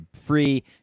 free